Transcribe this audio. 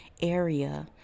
area